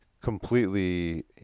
completely